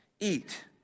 Eat